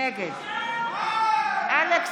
נגד אלכס